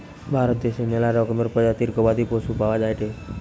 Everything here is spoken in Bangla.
ভারত দ্যাশে ম্যালা রকমের প্রজাতির গবাদি পশু পাওয়া যায়টে